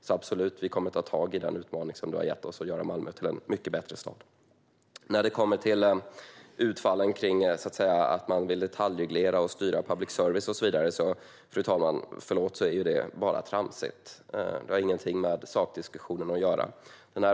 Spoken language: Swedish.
Så absolut - vi kommer att ta tag i den utmaning som du har gett oss och göra Malmö till en mycket bättre stad! När det kommer till utfallen kring att man vill detaljreglera och styra public service och så vidare är det - förlåt, fru talman - bara tramsigt. Det har ingenting med sakdiskussionen att göra.